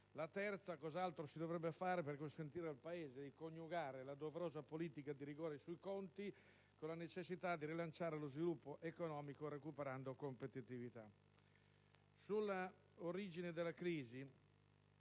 luogo, cos'altro si dovrebbe fare per consentire al Paese di coniugare la doverosa politica di rigore sui conti con la necessità di rilanciare lo sviluppo economico recuperando competitività. Per quanto riguarda l'origine della crisi,